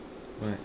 what